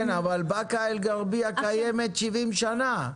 כן, אבל באקה אל גרביה קיימת 70 שנה.